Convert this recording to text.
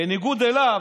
בניגוד אליו,